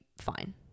fine